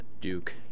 Duke